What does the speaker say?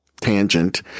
tangent